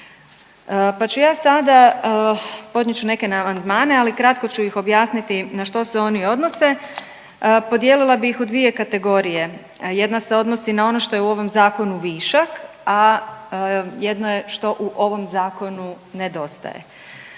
pa ću ja sada, podnijet ću neke amandmane, ali kratko ću ih objasniti na što se oni odnose. Podijelila bih ih u dvije kategorije. Jedna se odnosi na ono što je u ovom Zakonu višak, a jedno je što u ovom Zakonu nedostaje